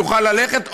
יוכל ללכת,